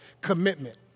commitment